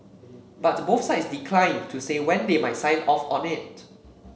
but both sides declined to say when they might sign off on it